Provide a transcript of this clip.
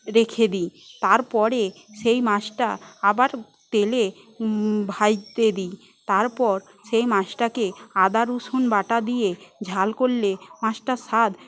রেখে দিই তারপরে সেই মাছটা আবার তেলে ভাজতে দিই তারপর সেই মাছটাকে আদারসুন বাটা দিয়ে ঝাল করলে মাছটার স্বাদ